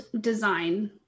design